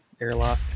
airlock